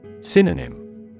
Synonym